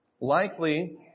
Likely